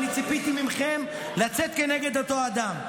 אני ציפיתי מכם לצאת נגד אותו אדם,